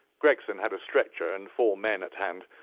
gregson had a stretcher and four men at hand.